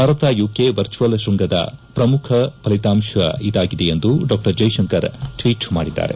Bharat UK virtual ಶೃಂಗದ ಪ್ರಮುಖ ಫಲಿತಾಂಶ ಇದಾಗಿದೆ ಎಂದು ಡಾ ಜೈಶಂಕರ್ ಟ್ವೀಟ್ ಮಾಡಿದ್ದಾರೆ